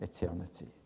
eternity